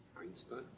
Einstein